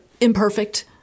imperfect